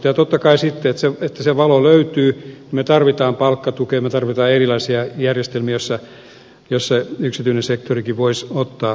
ja totta kai siihen että se valo löytyy me tarvitsemme palkkatukea me tarvitsemme erilaisia järjestelmiä joissa yksityinen sektorikin voisi ottaa työntekijöitä